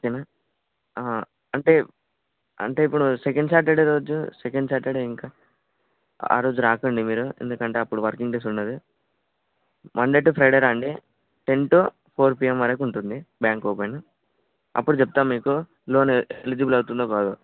ఓకేనా అంటే అంటే ఇప్పుడు సెకండ్ సాటర్డే రోజు సెకండ్ సాటర్డే ఇంకా ఆరోజు రాకండి మీరు ఎందుకంటే అప్పుడు వర్కింగ్ డేస్ ఉండదు మండే టు ఫ్రైడే రండి టెన్ టు ఫోర్ పిఎమ్ వరుకు ఉంటుంది బ్యాంక్ ఓపెన్ అప్పుడు చెప్తాం మీకు లోన్ ఎలిజిబుల్ అవుతుందో కాదో